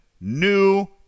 new